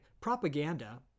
propaganda